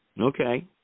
Okay